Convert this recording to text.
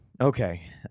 Okay